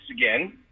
again